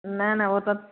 न न उहो त